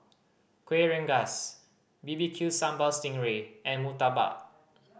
Kueh Rengas B B Q Sambal sting ray and murtabak